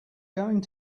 going